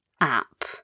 app